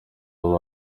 aba